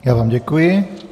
Já vám děkuji.